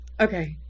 Okay